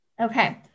Okay